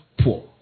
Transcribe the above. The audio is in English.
poor